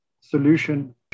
solution